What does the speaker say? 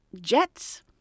jets